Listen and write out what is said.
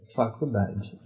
faculdade